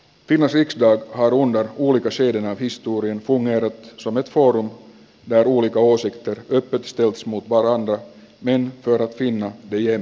pilriksdag halunneet pulitaseiden vahvistuu ja numerot suometforum ja tuuli kousikka ryöpytystä jos muut vaarantaa niin rokattiin kylien